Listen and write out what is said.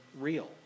real